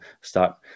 start